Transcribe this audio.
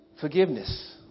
Forgiveness